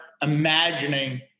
imagining